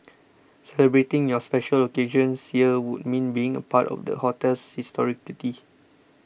celebrating your special occasions here would mean being a part of the hotel's historicity